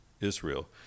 israel